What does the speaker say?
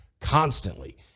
constantly